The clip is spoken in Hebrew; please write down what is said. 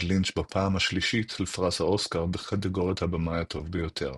לינץ בפעם השלישית לפרס האוסקר בקטגוריית הבמאי הטוב ביותר.